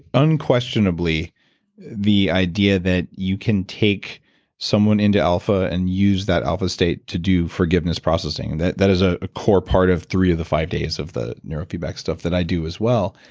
unquestionably the idea that you can take someone into alpha and use that alpha state to do forgiveness processing. and that that is a ah core part of three of the five days of the neurofeedback stuff that i do as well.